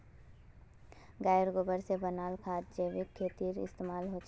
गायेर गोबर से बनाल खाद जैविक खेतीत इस्तेमाल होछे